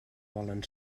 volen